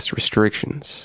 restrictions